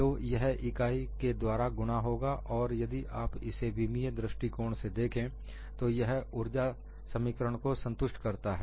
तो यह इकाई के द्वारा गुणा होगा और यदि आप इसे विमीय दृष्टिकोण से देखें तो यह आपके ऊर्जा समीकरण को संतुष्ट करता है